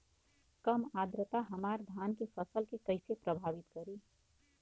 कम आद्रता हमार धान के फसल के कइसे प्रभावित करी?